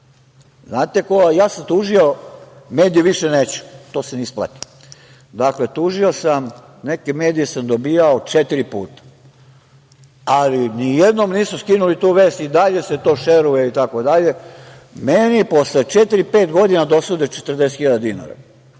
Znate, ja sam tužio medije i više neću, jer to se ne isplati. Dakle, tužio sam i neke medije sam dobijao četiri puta, ali ni jednom nisu skinuli tu vest, i dalje se to šeruje itd. Meni posle četiri-pet godina dosude 40.000 dinara.